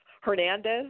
Hernandez